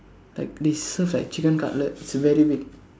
like they serve like chicken cutlet it's very big